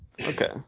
Okay